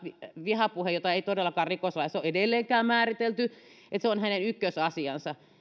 vihapuhe jota ei todellakaan rikoslaissa ole edelleenkään määritelty on hänen ykkösasiansa